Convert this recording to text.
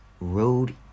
road